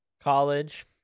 College